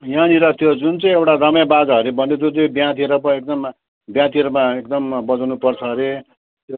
यहाँनिर त्यो जुन चाहिँ एउटा दमाई बाजाहरू बजाउँछ त्यो चाहिँ बिहातिर पो एकदम बिहातिरमा एकदम बजाउनु पर्छ अरे त्यो